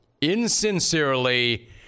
Insincerely